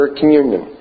Communion